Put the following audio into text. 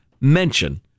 mention